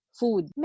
food